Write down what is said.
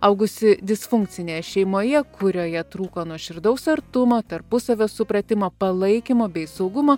augusi disfunkcinėje šeimoje kurioje trūko nuoširdaus artumo tarpusavio supratimo palaikymo bei saugumo